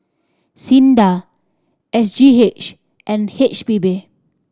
SINDA S G H and H P B